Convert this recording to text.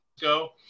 go